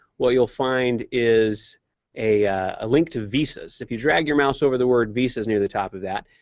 what you'll find is a link to visas. if you drag your mouse over the word visas near the top of that,